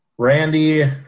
Randy